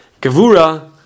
gevura